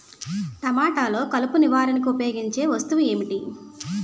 టమాటాలో కలుపు నివారణకు ఉపయోగించే వస్తువు ఏంటి?